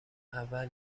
اول